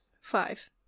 five